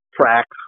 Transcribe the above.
tracks